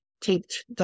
taped